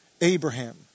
Abraham